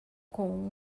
com